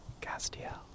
Castiel